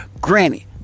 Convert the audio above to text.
Granny